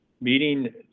meeting